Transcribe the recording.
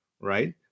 Right